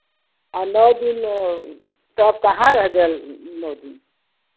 और नौ दिन तो आप कहाँ रह गएल नौ दिन